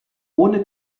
ohne